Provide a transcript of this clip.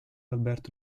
alberto